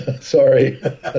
Sorry